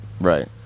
Right